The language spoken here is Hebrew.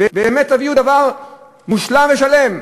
ובאמת תביאו דבר מושלם ושלם.